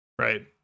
right